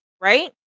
right